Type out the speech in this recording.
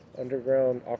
underground